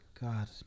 God